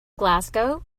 glasgow